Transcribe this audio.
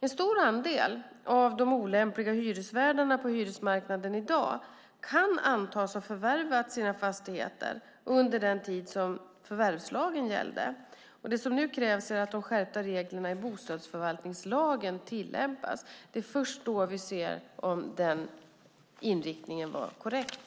En stor andel av de olämpliga hyresvärdarna på hyresmarknaden i dag kan antas ha förvärvat sina fastigheter under den tid som förvärvslagen gällde. Det som nu krävs är att de skärpta reglerna i bostadsförvaltningslagen tillämpas. Det är först då vi ser om den inriktningen var korrekt.